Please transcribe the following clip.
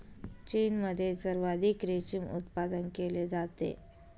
चीनमध्ये सर्वाधिक रेशीम उत्पादन केले जाते